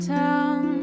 town